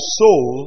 soul